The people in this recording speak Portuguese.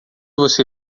você